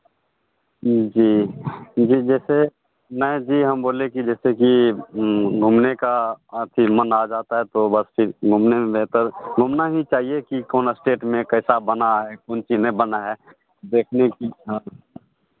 जी जिस जैसे नहीं जी हम बोले कि जैसे कि घूमने का अथि मन आ जाता है तो बस फिर घूमने में बेहतर घूमना ही चाहिए की कौन स्टेट में कैसा बना है कौन चीज़ नहीं बना है देखने की इच्छा